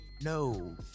no